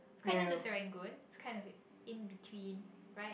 it's quite near to Serangoon it's kind of it in between right